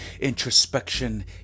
introspection